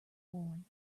born